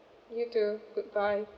you too goodbye